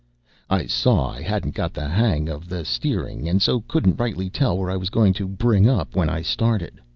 i saw i hadn't got the hang of the steering, and so couldn't rightly tell where i was going to bring up when i started.